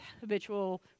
habitual